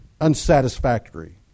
unsatisfactory